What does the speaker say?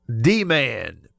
D-Man